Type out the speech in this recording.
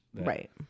Right